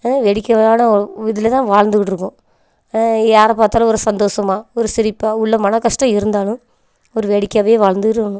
நல்ல வேடிக்கையானா இதில் தான் வாழ்ந்துகிட்டுருக்கோம் யாரை பார்த்தாலும் ஒரு சந்தோஷமாக ஒரு சிரிப்பாக உள்ள மன கஷ்டம் இருந்தாலும் ஒரு வேடிக்கையாகவே வாழ்ந்திடணும்